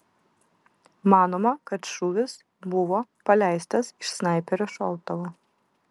manoma kad šūvis buvo paleistas iš snaiperio šautuvo